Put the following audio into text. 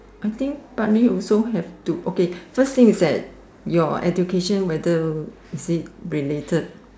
I think partly also have to okay first thing is that your education whether is it related